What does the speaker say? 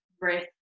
breath